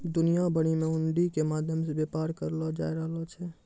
दुनिया भरि मे हुंडी के माध्यम से व्यापार करलो जाय रहलो छै